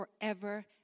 forever